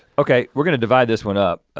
okay, we're gonna divide this one up.